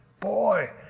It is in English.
boy,